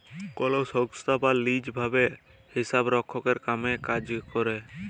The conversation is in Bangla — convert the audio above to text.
কল সংস্থায় বা লিজ ভাবে হিসাবরক্ষলের কামে ক্যরে